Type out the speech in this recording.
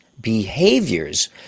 behaviors